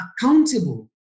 accountable